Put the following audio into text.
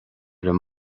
raibh